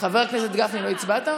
חבר הכנסת גפני, לא הצבעת?